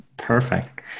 Perfect